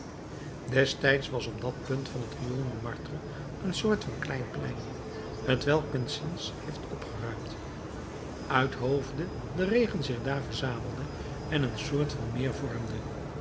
destijds was op dat punt van het riool montmartre een soort van klein plein t welk men sinds heeft opgeruimd uithoofde de regen zich daar verzamelde en een soort van meer vormde